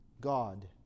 God